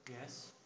Yes